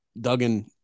Duggan